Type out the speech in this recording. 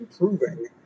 improving